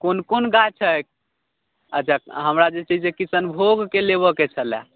कोन कोन गाछ अइ अच्छा हमरा जे छै से किशनभोगके लेबऽ के छलै